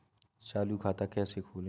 चालू खाता कैसे खोलें?